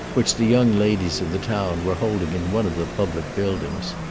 which the young ladies of the town were holding in one of the public buildings.